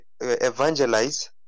evangelize